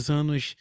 anos